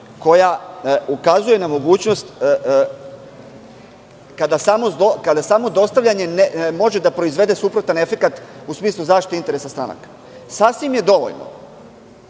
koja ukazuje na mogućnost kada samo dostavljanje može da proizvede suprotan efekat, u smislu zaštite interesa stranaka. Sasvim je dovoljno